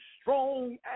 strong